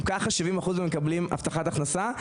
ככה 70 אחוז מהם מקבלים הבטחת הכנסה,